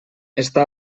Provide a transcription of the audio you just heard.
està